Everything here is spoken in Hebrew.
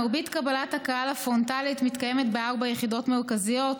מרבית קבלת הקהל הפרונטלית מתקיימת בארבע יחידות מרכזיות: